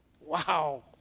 wow